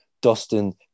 Dustin